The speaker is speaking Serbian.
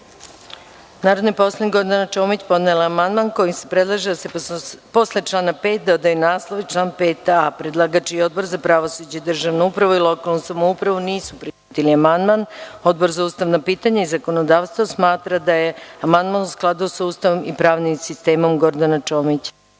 poslanik Gordana Čomić podnela je amandman kojim se predlaže da se posle člana 5. dodaje naslov i član 5a.Predlagač i Odbor za pravosuđe, državnu upravu i lokalnu samoupravu nisu prihvatili amandman. Odbor za ustavna pitanja i zakonodavstvo smatra da je amandman u skladu sa Ustavom i pravnim sistemom. Reč ima Gordana Čomić.